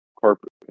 corporate